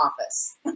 office